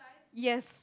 yes